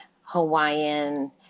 Hawaiian